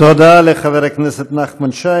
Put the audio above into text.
תודה לחבר הכנסת נחמן שי.